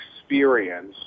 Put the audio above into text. experience